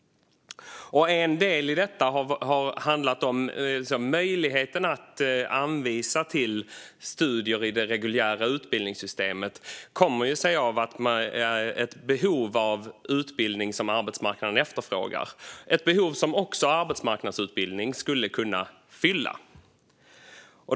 En del av detta har handlat om möjligheten att anvisa till studier i det reguljära utbildningssystemet, vilket har sin grund i ett behov av utbildning som arbetsmarknaden efterfrågar - ett behov som även arbetsmarknadsutbildning skulle kunna fylla.